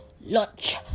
Lunch